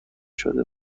شده